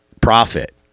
profit